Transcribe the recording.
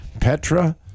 Petra